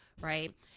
Right